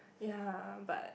ya but